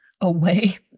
Away